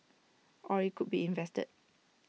or IT could be invested